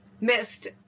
missed